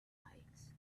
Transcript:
lights